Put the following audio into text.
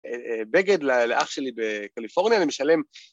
בגד לאח שלי בקליפורניה, אני משלם.